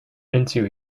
into